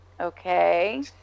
okay